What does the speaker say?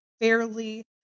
fairly